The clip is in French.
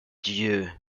dieu